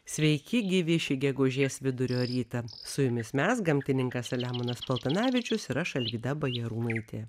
sveiki gyvi šį gegužės vidurio rytą su jumis mes gamtininkas selemonas paltanavičius ir aš alvyda bajarūnaitė